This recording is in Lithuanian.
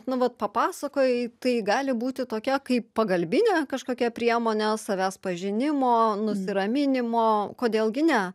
nu vat papasakojai tai gali būti tokia kaip pagalbinė kažkokia priemonė savęs pažinimo nusiraminimo kodėl gi ne